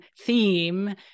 theme